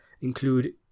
include